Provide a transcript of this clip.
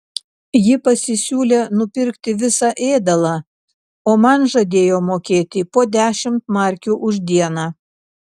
ji pasisiūlė nupirkti visą ėdalą o man žadėjo mokėti po dešimt markių už dieną